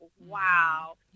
wow